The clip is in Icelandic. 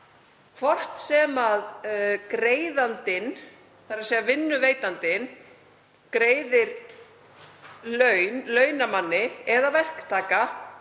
Hvort sem greiðandinn, þ.e. vinnuveitandinn, greiðir laun launamanni eða verktaka